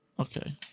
Okay